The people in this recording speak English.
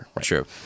True